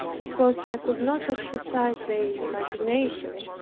because i could not exercise the imagination,